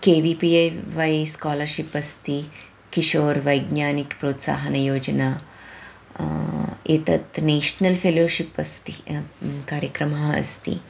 K V P A Y scholarship अस्ति किशोरः वैज्ञानिकः प्रोत्साहनयोजना एतत् नेश्नल् फ़ेलोषिप् अस्ति कार्यक्रमः अस्ति